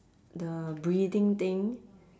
the breathing thing